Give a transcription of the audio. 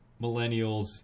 millennials